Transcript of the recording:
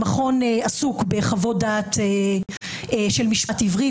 המכון עסוק בחוות-דעת של משפט עברי,